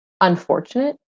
unfortunate